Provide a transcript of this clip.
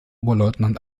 oberleutnant